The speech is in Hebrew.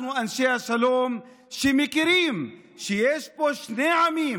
אנחנו אנשי השלום, שמכירים שיש פה שני עמים.